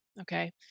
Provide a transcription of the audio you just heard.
okay